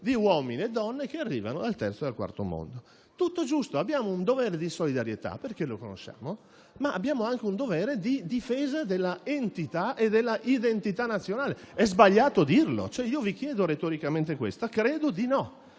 di uomini e donne che arrivano dal Terzo e dal Quarto mondo. Tutto giusto. Abbiamo un dovere di solidarietà, che conosciamo, ma abbiamo anche un dovere di difesa dell'entità e dell'identità nazionale. È sbagliato dirlo? Ve lo chiedo retoricamente. Io credo di no,